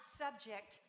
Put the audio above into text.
subject